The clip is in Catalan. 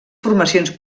formacions